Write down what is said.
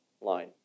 line